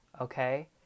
okay